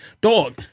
Dog